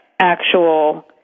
actual